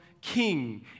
king